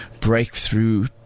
Breakthrough